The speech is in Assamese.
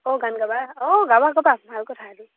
অ' গান গাবা অঁ গাবা গাবা ভাল কথা এইটো